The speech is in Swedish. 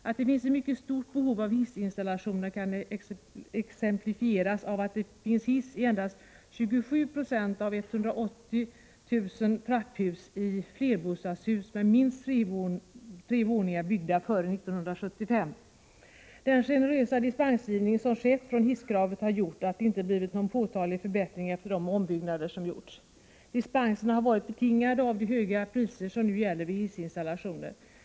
Att det finns ett mycket stort behov av hissinstallationer kan exemplifieras av att det finns hiss i endast 27 96 av 180 000 trapphus i flerbostadshus med minst tre våningar, byggda före 1975. Den generösa dispensgivning som skett från hisskravet har gjort att det inte blivit någon påtaglig förbättring efter de ombyggnader som gjorts. Dispenserna har varit betingade av de höga priser som nu gäller vid hissinstallationer.